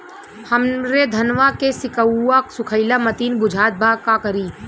हमरे धनवा के सीक्कउआ सुखइला मतीन बुझात बा का करीं?